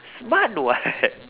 smart what